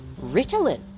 Ritalin